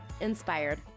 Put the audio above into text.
Inspired